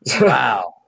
wow